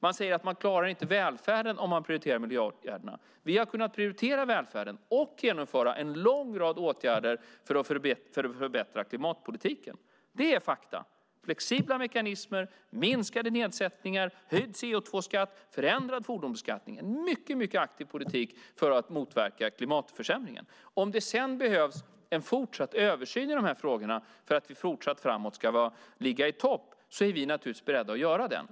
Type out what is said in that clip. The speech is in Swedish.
Man säger att man inte klarar välfärden om man prioriterar miljöåtgärderna. Vi har kunnat prioritera välfärden samtidigt som vi har genomfört en lång rad åtgärder för att förbättra klimatpolitiken. Det är fakta: flexibla mekanismer, minskade nedsättningar, höjd CO2-skatt och en förändrad fordonsbeskattning. Det är en mycket aktiv politik för att motverka klimatförsämringen. Om det sedan behövs en fortsatt översyn i de här frågorna för att vi även fortsättningsvis ska ligga i topp är vi naturligtvis beredda att göra den.